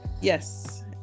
Yes